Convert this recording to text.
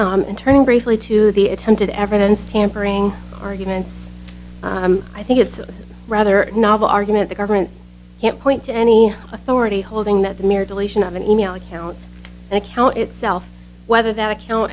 ball and turning briefly to the attempted evidence tampering arguments i think it's a rather novel argument the government can't point to any authority holding that the mere deletion of an e mail accounts account itself whether that account